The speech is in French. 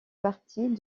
parties